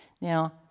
Now